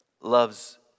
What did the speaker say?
loves